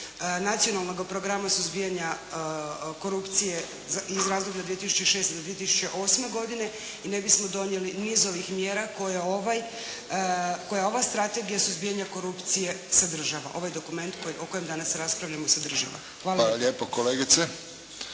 Nacionalnoga programa suzbijanja korupcije iz razdoblja 2006. do 2008. godine i ne bismo donijeli niz ovih mjera koja ova strategija suzbijanja korupcije sadržava. Ovaj dokument o kojem danas raspravljamo sadržava. Hvala lijepa.